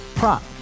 Prop